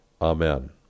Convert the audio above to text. amen